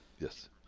Yes